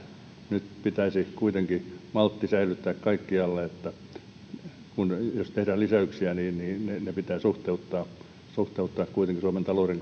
nyt pitäisi kuitenkin maltti säilyttää kaikkialla ja jos tehdään lisäyksiä niin ne pitää suhteuttaa suhteuttaa kuitenkin suomen talouden